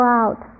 out